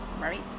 right